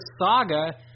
saga